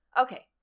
Okay